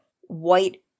white